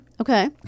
Okay